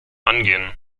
angehen